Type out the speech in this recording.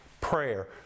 prayer